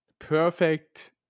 Perfect